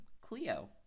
Cleo